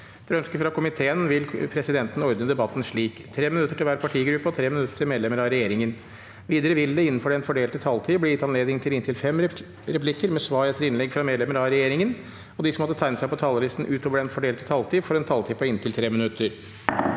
og forskningskomiteen vil presidenten ordne debatten slik: 3 minutter til hver partigruppe og 3 minutter til medlemmer av regjeringen. Videre vil det – innenfor den fordelte taletid – bli gitt anledning til inntil seks replikker med svar etter innlegg fra medlemmer av regjeringen, og de som måtte tegne seg på talerlisten utover den fordelte taletid, får også en taletid på inntil 3 minutter.